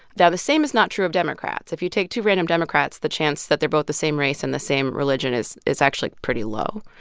now, the same is not true of democrats. if you take two random democrats, the chance that they're both the same race and the same religion is is actually pretty low